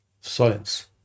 science